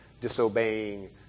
disobeying